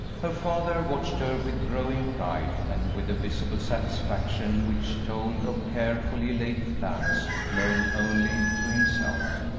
her father watched her with growing pride, and with a visible satisfaction which told of carefully laid plans known only to himself,